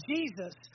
Jesus